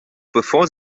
bevor